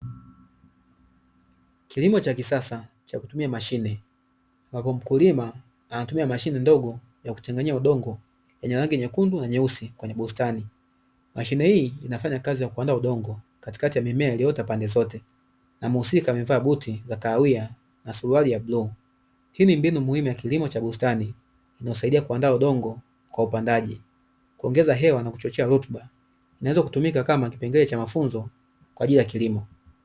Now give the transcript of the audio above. Kilimo cha kisasa cha kutumia mashine, ambapo mkulima anatumia mashine ndogo ya kuchanganyia udongo, yenye rangi nyekundu na nyeusi kwenye bustani. Mashine hii inafanya kazi ya kuandaa udongo katikati ya mimea iliyoota pande zote, na muhusika amevaa buti za kahawia na suruali ya bluu. Hii ni mbinu muhimu ya kilimo cha bustani inayosaidia kuandaa udongo kwa upandaji, kuongeza hewa na kuchochea rutuba; inaweza kutumika kama kipengele cha mafunzo kwa ajili ya kilimo.